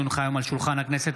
כי הונחה היום על שולחן הכנסת,